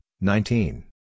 nineteen